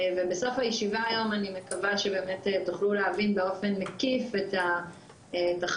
ובסוף הישיבה היום אני מקווה שבאמת תוכלו להבין באופן מקיף את התחזיות